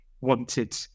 wanted